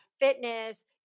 fitness